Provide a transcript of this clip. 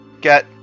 get